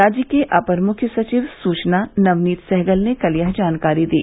राज्य के अपर मुख्य सचिव सूचना नवनीत सहगल ने कल यह जानकारी दी